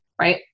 right